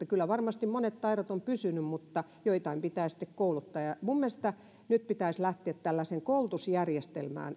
kyllä varmasti monet taidot ovat pysyneet mutta jossain pitää sitten kouluttaa minun mielestäni nyt pitäisi lähteä tällaiseen koulutusjärjestelmään